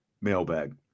mailbag